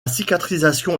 cicatrisation